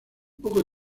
poco